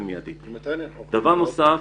דבר נוסף,